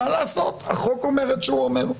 מה לעשות, החוק אומר את שהוא אומר,